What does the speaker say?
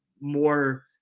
more